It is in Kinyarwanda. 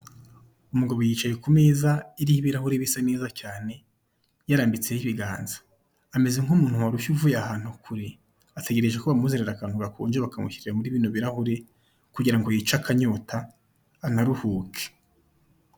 Umugabo yicaye ku meza iriho ibirahure bisa neza cyane yarambitseho ibiganza, ameze nk'umuntu warushye uvuye ahantu kure ategereje ko bamuzanira akantu gakonje bakamushyirira muri bino birahure kugira ngo yice akanyota anaruhuke.